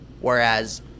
Whereas